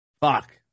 Fuck